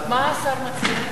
מה השר מציע?